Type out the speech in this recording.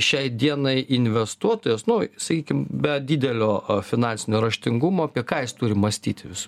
šiai dienai investuotojas nu sakykim be didelio finansinio raštingumo apie ką jis turi mąstyti vis